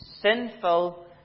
sinful